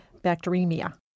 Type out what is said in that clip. bacteremia